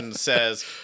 says